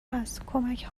هست، کمک